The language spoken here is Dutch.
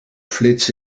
flits